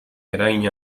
eragin